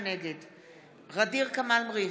נגד ע'דיר כמאל מריח,